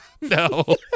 No